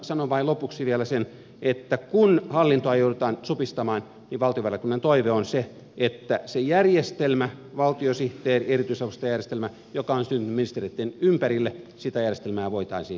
sanon vain lopuksi vielä sen että kun hallintoa joudutaan supistamaan niin valtiovarainvaliokunnan toive on se että sitä valtiosihteerierityisavustaja järjestelmää joka on syntynyt ministereitten ympärille voitaisiin selvästi karsia